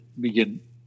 begin